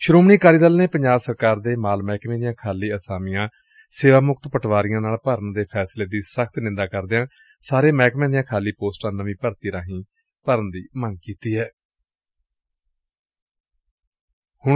ਸ਼ੋਮਣੀ ਅਕਾਲੀ ਦਲ ਨੇ ਪੰਜਾਬ ਸਰਕਾਰ ਦੇ ਮਾਲ ਮਹਿਕਮੇ ਦੀਆਂ ਖਾਲੀ ਆਸਾਮੀਆਂ ਸੇਵਾਮਕਤ ਪਟਵਾਰੀਆਂ ਨਾਲ ਭਰਨ ਦੇ ਫੈਸਲੇ ਦੀ ਸਖ਼ਤ ਨਿਖੇਧੀ ਕਰਦਿਆਂ ਕਿਹੈ ਕਿ ਸਾਰੇ ਮਹਿਕਮਿਆਂ ਦੀਆਂ ਖਾਲੀ ਪੋਸਟਾਂ ਨਵੀ ਭਰਤੀ ਰਾਹੀ ਭਰੀਆਂ ਜਾਣ